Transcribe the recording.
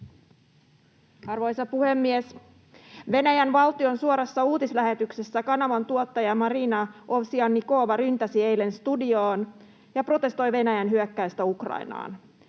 Arvoisa puhemies! Venäjän valtion suorassa uutislähetyksessä kanavan tuottaja Marina Ovsjannikova ryntäsi eilen studioon ja protestoi Venäjän hyökkäystä Ukrainaan: